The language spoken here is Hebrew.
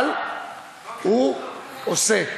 אבל הוא עושה,